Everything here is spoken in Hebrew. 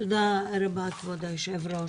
תודה רבה כבוד היושב-ראש,